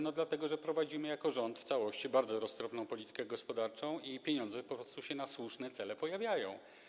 No, dlatego, że prowadzimy jako rząd w całości bardzo roztropną politykę gospodarczą i pieniądze po prostu się na słuszne cele pojawiają.